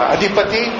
Adipati